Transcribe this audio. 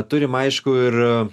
turim aiškų ir